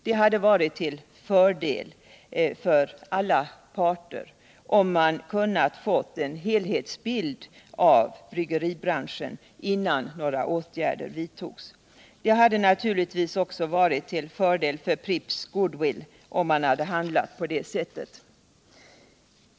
Det hade varit till fördel för alla parter om man hade kunnat få en helhetsbild av bryggeribranschen innan några åtgärder vidtogs. Det hade naturligtvis också varit till fördel för Pripps goodwill om man hade handlat på det sättet.